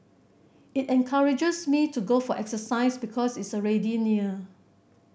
it encourages me to go for exercise because it's already near